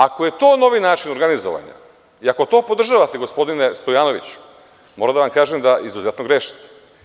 Ako je to novi način organizovanja i ako to podržavate, gospodine Stojanoviću, moram da vam kažem da izuzetno grešite.